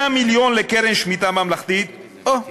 100 מיליון לקרן שמיטה ממלכתית אוה,